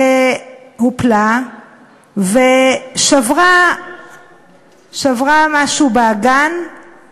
היא הופלה ושברה משהו באגן,